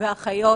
והאחיות